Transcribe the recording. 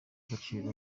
agaciro